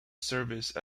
service